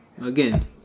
Again